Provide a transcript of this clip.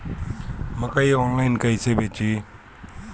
मकई आनलाइन कइसे बेची?